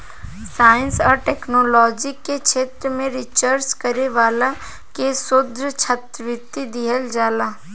science आ technology के क्षेत्र में रिसर्च करे वाला के शोध छात्रवृत्ति दीहल जाला